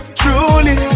truly